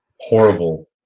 horrible